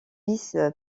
vice